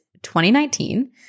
2019